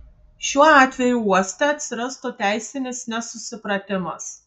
šiuo atveju uoste atsirastų teisinis nesusipratimas